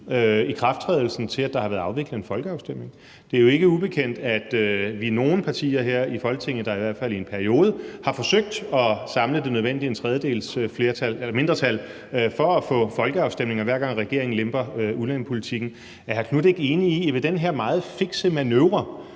ikrafttrædelsen af det, til at der har været afviklet en folkeafstemning? Det er jo ikke ubekendt, at vi er nogle partier her i Folketinget, der i hvert fald i en periode har forsøgt at samle det nødvendige tredjedelsmindretal for at få folkeafstemninger, hver gang regeringen lemper udlændingepolitikken. Er hr. Marcus Knuth ikke enig i, at man ved den her meget fikse manøvre